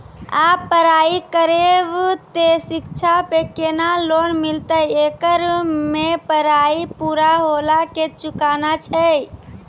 आप पराई करेव ते शिक्षा पे केना लोन मिलते येकर मे पराई पुरा होला के चुकाना छै?